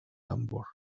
tambor